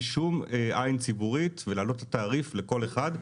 שום עין ציבורית ולהעלות את התעריף לכל אחד.